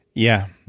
yeah.